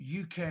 UK